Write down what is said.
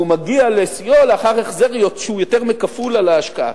והוא מגיע לשיאו לאחר החזר שהוא יותר מכפול על ההשקעה.